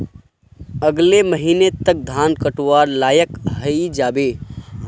अगले महीने तक धान कटवार लायक हई जा बे